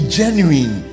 genuine